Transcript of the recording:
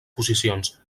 posicions